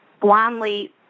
blindly